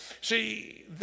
See